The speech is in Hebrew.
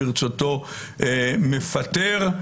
ברצותו מפטר,